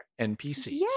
npcs